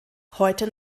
heute